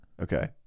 okay